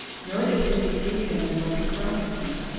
nor did he deceive him in what he promised him,